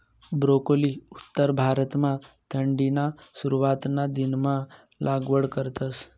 broccoli उत्तर भारतमा थंडीना सुरवातना दिनमा लागवड करतस